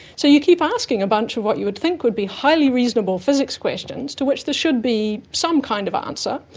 so you keep asking a bunch of what you think would be highly reasonable physics questions to which there should be some kind of answer,